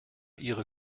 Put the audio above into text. ihre